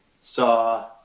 Saw